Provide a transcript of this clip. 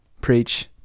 preach